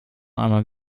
einmal